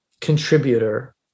contributor